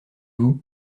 vous